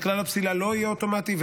שכלל הפסילה לא יהיה אוטומטי,